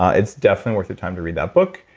ah it's definitely worth the time to read that book.